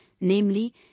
namely